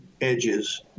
edges